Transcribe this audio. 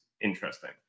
interesting